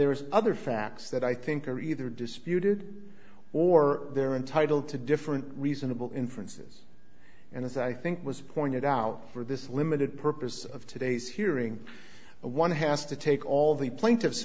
there's other facts that i think are either disputed or they're entitled to different reasonable inferences and as i think was pointed out for this limited purpose of today's hearing one has to take all the plaintiff